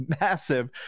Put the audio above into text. massive